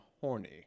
horny